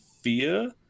fear